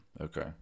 okay